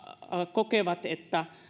kokevat että